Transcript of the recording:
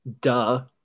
Duh